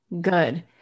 good